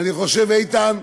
ואני חושב, איתן,